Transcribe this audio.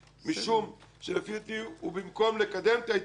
כי לדעתי, במקום לקדם את ההתיישבות,